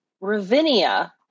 Ravinia